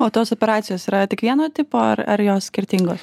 o tos operacijos yra tik vieno tipo ar ar jos skirtingos